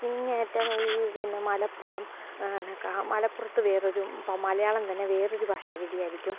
ഇങ്ങേ അറ്റം ഈ പിന്നെ മലപ്പുറം എന്നൊക്കെ മലപ്പുറത്ത് വേറൊരു ഇപ്പം മലയാളം തന്നെ വേറൊരു ഭാഷാരീതി ആയിരിക്കും